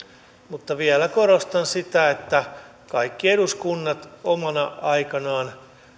mutta vielä korostan sitä että kaikki eduskunnat omana aikanaan